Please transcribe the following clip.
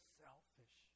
selfish